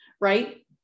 right